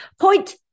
Point